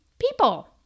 people